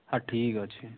ହଁ ଠିକ୍ ଅଛି